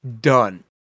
Done